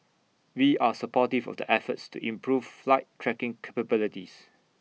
we are supportive of the efforts to improve flight tracking capabilities